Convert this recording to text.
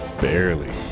Barely